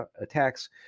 attacks